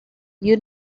you